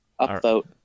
upvote